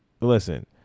Listen